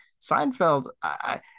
Seinfeld